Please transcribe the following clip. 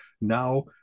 now